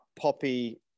poppy